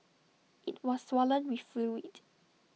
IT was swollen with fluid